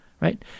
right